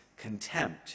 contempt